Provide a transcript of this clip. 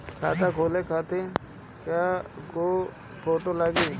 खाता खोले खातिर कय गो फोटो लागी?